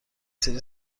سری